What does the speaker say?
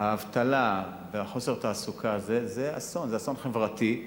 אבטלה וחוסר התעסוקה זה אסון, זה אסון חברתי,